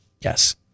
Yes